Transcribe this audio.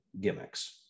gimmicks